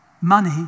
money